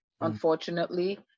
unfortunately